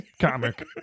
comic